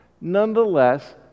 nonetheless